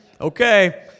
Okay